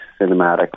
cinematic